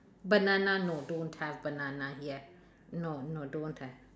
banana no don't have banana here no no don't have